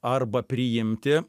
arba priimti